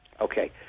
Okay